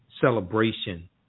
celebration